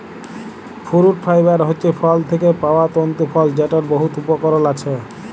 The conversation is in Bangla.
ফুরুট ফাইবার হছে ফল থ্যাকে পাউয়া তল্তু ফল যেটর বহুত উপকরল আছে